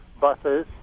buses